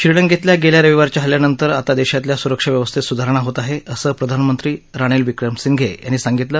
श्रीलंकेतल्या गेल्या रविवारच्या हल्ल्यानंतर आता देशातल्या सुरक्षा व्यवस्थेत सुधारणा होत आहे असं प्रधानमंत्री रानिल विक्रमसिंघे यांनी सांगितलं